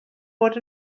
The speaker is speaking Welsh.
bod